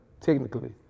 technically